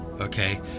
okay